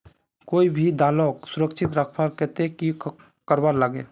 कोई भी दालोक सुरक्षित रखवार केते की करवार लगे?